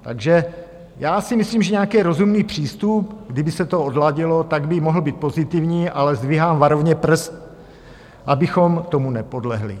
Takže já si myslím, že nějaký rozumný přístup, kdyby se to odladilo, tak by mohl být pozitivní, ale zdvihám varovně prst, abychom tomu nepodlehli.